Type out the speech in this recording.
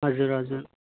हजुर हजुर